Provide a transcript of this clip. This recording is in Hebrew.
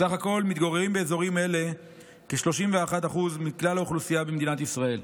סך הכול מתגוררים באזורים אלה כ-31% מכלל האוכלוסייה במדינת ישראל.